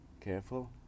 careful